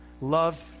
Love